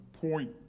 point